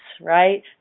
right